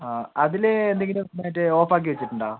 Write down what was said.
ആ അതില് ഏതെങ്കിലും മറ്റേ ഓഫ് ആക്കി വെച്ചിട്ടുണ്ടോ